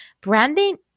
branding